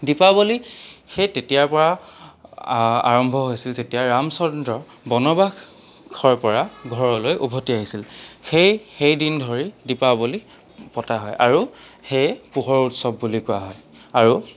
দীপাৱলী সেই তেতিয়াৰ পৰা আৰম্ভ হৈছিল যেতিয়া ৰামচন্দ্ৰ বনবাসৰ পৰা ঘৰলৈ উভতি আহিছিল সেই সেই দিন ধৰি দীপাৱলী পতা হয় আৰু সেই পোহৰৰ উৎসৱ বুলি কোৱা হয় আৰু